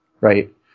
right